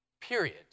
period